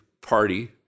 party